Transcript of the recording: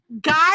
guys